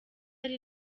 ari